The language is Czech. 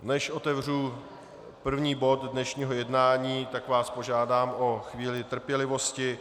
Než otevřu první bod dnešního jednání, tak vás požádám o chvíli trpělivosti.